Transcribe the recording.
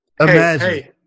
Imagine